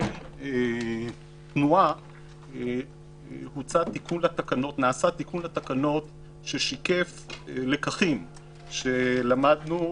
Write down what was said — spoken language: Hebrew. תנועה נעשה תיקון לתקנות ששיקף לקחים שלמדנו,